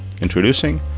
Introducing